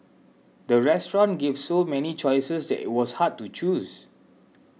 the restaurant gave so many choices that it was hard to choose